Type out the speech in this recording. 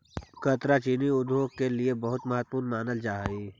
गन्ना चीनी उद्योग के लिए बहुत महत्वपूर्ण मानल जा हई